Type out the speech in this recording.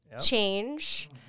change